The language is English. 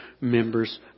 members